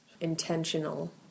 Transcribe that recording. intentional